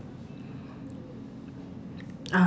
ah